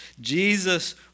Jesus